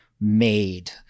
made